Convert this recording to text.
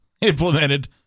implemented